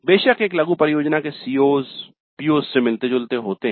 बेशक एक लघु परियोजना के CO's PO's से मिलते जुलते होते हैं